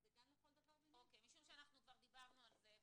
וזה גם לכל דבר ועניין --- משום שכבר דיברנו על זה,